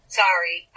sorry